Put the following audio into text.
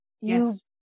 Yes